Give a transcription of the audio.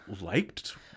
liked